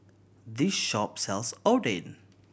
this shop sells Oden